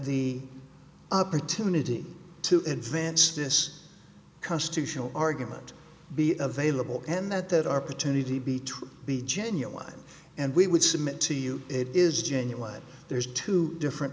the opportunity to advance this constitutional argument be available and that that our paternity be true be genuine and we would submit to you it is genuine there's two different